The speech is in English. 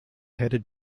headed